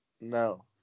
No